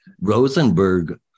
Rosenberg